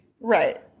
Right